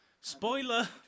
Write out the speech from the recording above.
Spoiler